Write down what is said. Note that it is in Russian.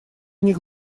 них